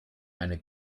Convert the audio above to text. eine